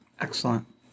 Excellent